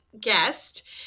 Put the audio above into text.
guest